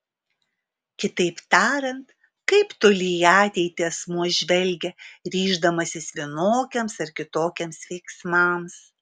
kitaip tariant kaip toli į ateitį asmuo žvelgia ryždamasis vienokiems ar kitokiems veiksmams